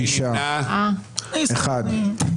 שניים בעד, שישה נגד, נמנע אחד.